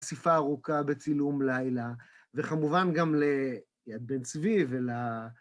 חשיפה ארוכה בצילום לילה, וכמובן גם ליד בן צבי ול...